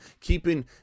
keeping